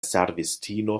servistino